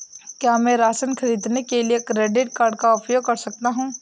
क्या मैं राशन खरीदने के लिए क्रेडिट कार्ड का उपयोग कर सकता हूँ?